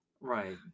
Right